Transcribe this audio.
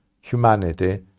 humanity